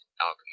Alchemy